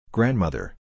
Grandmother